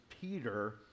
Peter